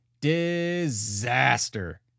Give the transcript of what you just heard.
Disaster